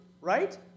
right